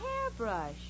hairbrush